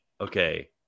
okay